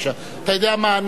אתה יודע מה?